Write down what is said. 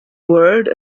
word